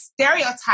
stereotype